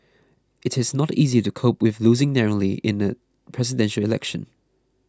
it is not easy to cope with losing narrowly in a Presidential Election